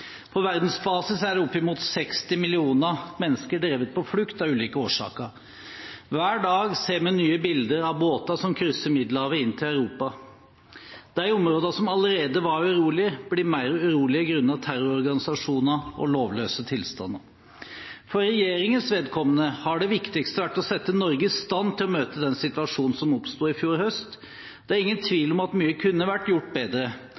På verdensbasis er opp imot 60 millioner mennesker drevet på flukt av ulike årsaker. Hver dag ser vi nye bilder av båter som krysser Middelhavet inn til Europa. De områdene som allerede var urolige, blir mer urolige grunnet terrororganisasjoner og lovløse tilstander. For regjeringens vedkommende har det viktigste vært å sette Norge i stand til å møte den situasjonen som oppsto i fjor høst. Det er ingen tvil om at mye kunne vært gjort bedre.